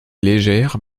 légère